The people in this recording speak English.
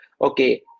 okay